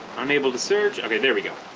unable to search okay there we go